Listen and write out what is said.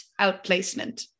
outplacement